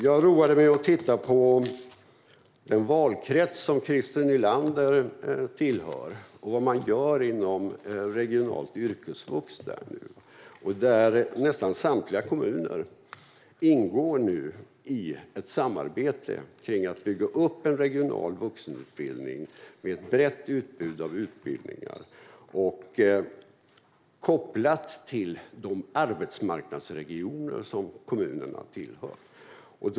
Jag roade mig med att titta på den valkrets som Christer Nylander tillhör och vad man där gör inom regionalt yrkesvux. Nästan samtliga kommuner ingår nu i ett samarbete om att bygga upp en regional vuxenutbildning med ett brett utbud av utbildningar kopplat till de arbetsmarknadsregioner som kommunerna tillhör.